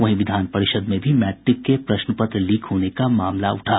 वहीं विधान परिषद् में भी मैट्रिक के प्रश्न पत्र लीक होने का मामला उठा